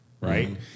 right